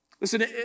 Listen